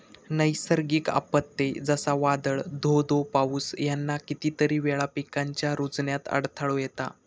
नैसर्गिक आपत्ते, जसा वादाळ, धो धो पाऊस ह्याना कितीतरी वेळा पिकांच्या रूजण्यात अडथळो येता